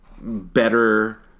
better